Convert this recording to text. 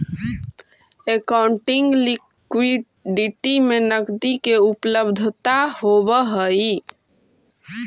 accounting liquidity में नकदी के उपलब्धता होवऽ हई